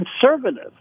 conservative